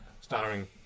starring